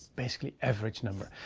basically average number.